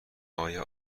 آیا